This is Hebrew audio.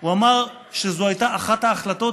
הוא אמר שזאת הייתה אחת ההחלטות